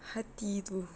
hati tu